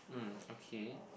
mm okay